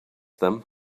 them